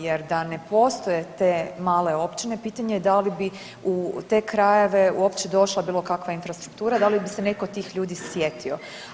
Jer da ne postoje te male općine pitanje je da li bi u te krajeve uopće došla bilo kakva infrastruktura, da li bi se netko od tih ljudi sjetio.